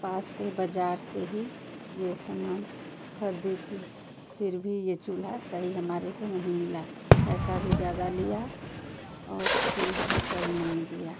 पास के बाज़ार से ही यह समान खरदी थी फिर भी ये चूल्हा सही हमारे को नहीं मिला पैसा भी ज़्यादा लिया और चूल्हा भी सही नहीं दिया